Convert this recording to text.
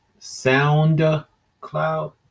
SoundCloud